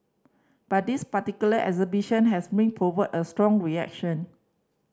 but this particular exhibition has been provoked a strong reaction